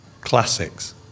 classics